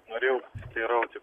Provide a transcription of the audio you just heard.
norėjau pasiteirauti